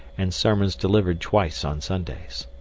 and sermons delivered twice on sundays.